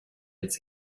it’s